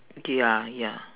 okay ya ya